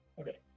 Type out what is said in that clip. Okay